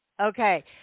Okay